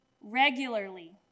Regularly